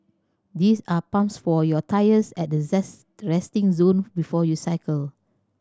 these are pumps for your tyres at the resting zone before you cycle